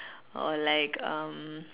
or like um